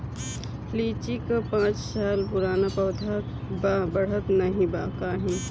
लीची क पांच साल पुराना पौधा बा बढ़त नाहीं बा काहे?